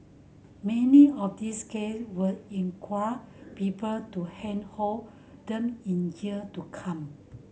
many of these case would inquire people to handhold them in year to come